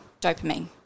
dopamine